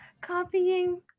Copying